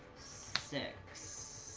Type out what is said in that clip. six